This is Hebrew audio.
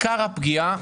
עיקר הפגיעה,